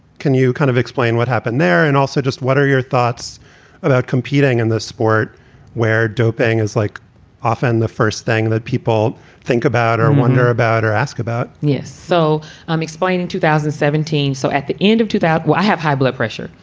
can you kind of explain what happened there? and also, just what are your thoughts about competing in this sport where doping is like often the first thing that people think about or wonder about or ask about? yes so i'm explaining two thousand and seventeen. so at the end of two that i have high blood pressure.